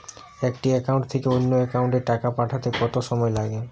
একটি একাউন্ট থেকে অন্য একাউন্টে টাকা পাঠাতে কত সময় লাগে?